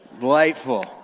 delightful